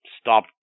stop